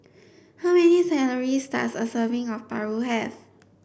how many does a serving of Paru have